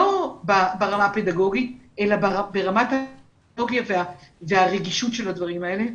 לא ברמה הפדגוגית אלא ברמת הרגישות של הדברים האלה.